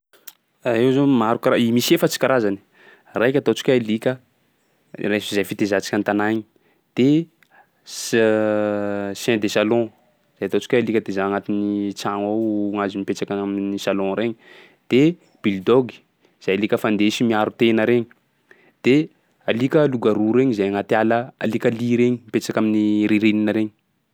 Io zao maro kara- misy efatsy karazany: raika ataontsika hoe alika, rai- zay fitaizantsika an-tanà igny; de s- chien de salon, zay ataontsika hoe alika taizà agnatin'ny tragno ao, mahazo mipetraky agny amin'ny salon regny; de bulldog zay alika fandesy miaro tena regny; de alika loup garou regny zay agnaty ala, alikalia regny mipetsaka amin'ny ririnina regny.